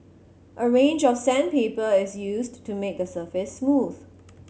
a range of sandpaper is used to make the surface smooth